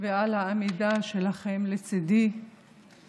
ועל העמידה שלכם לצידי בימים קשים.